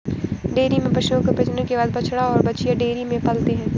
dairy में पशुओं के प्रजनन के बाद बछड़ा और बाछियाँ डेयरी में पलते हैं